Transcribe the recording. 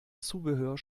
zubehör